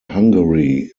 hungary